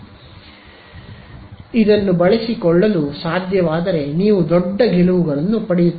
ಯಾವುದೇ ರೇಖೀಯದಲ್ಲಿ ನೀವು ಬೀಜಗಣಿತದ ಸಮಸ್ಯೆಯ ರಚನೆಯನ್ನು ಬಳಸಿಕೊಳ್ಳಲು ಸಾಧ್ಯವಾದರೆ ನೀವು ದೊಡ್ಡ ಗೆಲುವುಗಳನ್ನು ಪಡೆಯುತ್ತೀರಿ